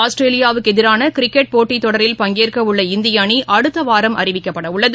ஆஸ்திரேலியாவுக்குஎதிரானகிரிக்கெட் போட்டித் தொடரில் பங்கேற்கவுள்ள இந்தியஅணிஅடுத்தவாரம் அறிவிக்கப்படவுள்ளது